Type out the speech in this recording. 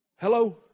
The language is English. Hello